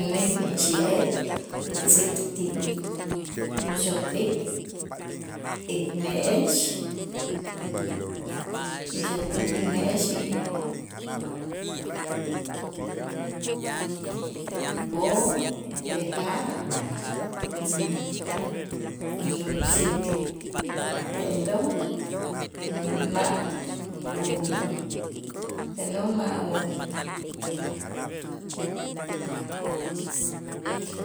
Mänik xi'let intzikti'ij tuxotik inne'ex inxotik inmexi'ij om este ja' y tan luk'sik te'lo'- ma'- u- te'lo' ma'